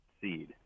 seed